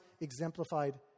exemplified